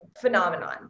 phenomenon